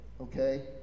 Okay